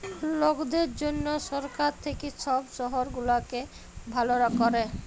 লকদের জনহ সরকার থাক্যে সব শহর গুলাকে ভালা ক্যরে